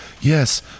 Yes